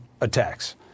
attacks